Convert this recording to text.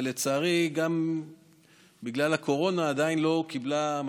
ולצערי גם בגלל הקורונה היא עדיין לא קיבלה את